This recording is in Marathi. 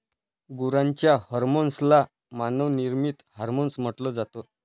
गुरांच्या हर्मोन्स ला मानव निर्मित हार्मोन्स म्हटल जात